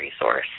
resource